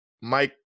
Mike